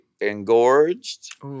engorged